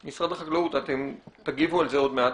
משרד החקלאות, אתם תגיבו על זה עוד מעט.